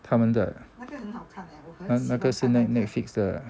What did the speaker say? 他们的那个是 netflix 的